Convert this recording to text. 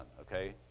okay